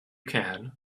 can